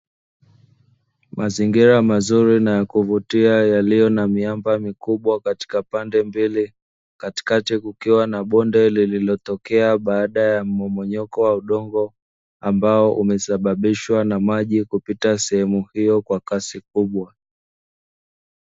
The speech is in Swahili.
Mazingira mazuri na ya kuvutia yaliyo na miamba mikubwa katika pande mbili, katikati kukiwa na bonde lililotokea baada ya mmomonyoko wa udongo ambao umesababishwa na maji kupita sehemu hiyo kwa kasi kubwa.